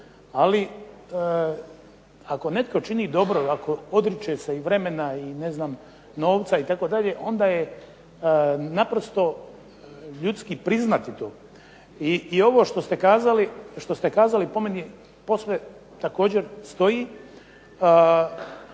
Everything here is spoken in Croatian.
ali ako netko čini dobro i ako odriče se i vremena, i ne znam, novca itd., onda je naprosto ljudski priznati to. I ovo što ste kazali, po meni, posve također stoji.